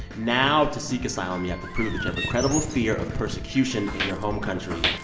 now to seek asylum, you have to prove that you have a credible fear of persecution in your home country,